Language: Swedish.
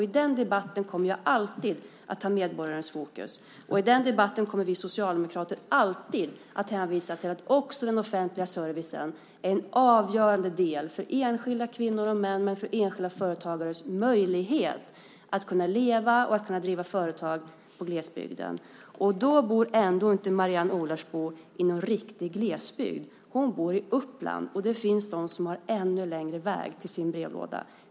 I den debatten kommer jag alltid att ha medborgarens fokus, och i den debatten kommer vi socialdemokrater alltid att hänvisa till att också den offentliga servicen är en avgörande del för enskilda kvinnor och män, men också för enskilda företagares möjlighet att kunna leva och driva företag i glesbygden. Mary-Ann Olarsbo bor ändå inte i någon riktig glesbygd. Hon bor i Uppland, och det finns de som har ännu längre väg till sin brevlåda.